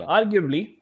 Arguably